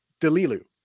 Delilu